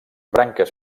branques